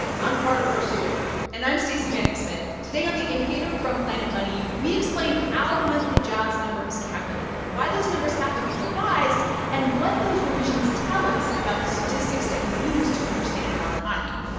i'm cardiff garcia and i'm stacey vanek smith. today on the indicator from planet money, we explain how the monthly jobs number is calculated, why those numbers have to be revised and what those revisions tell us about the statistics that we use to understand our economy.